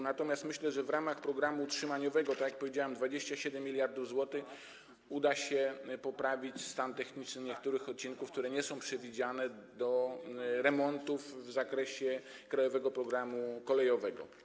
Natomiast myślę, że w ramach programu utrzymaniowego, tak jak powiedziałem, 27 mld zł, uda się poprawić stan techniczny niektórych odcinków, które nie są przewidziane do remontów w zakresie „Krajowego programu kolejowego”